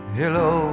hello